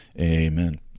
amen